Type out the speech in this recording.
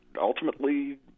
ultimately